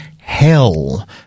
hell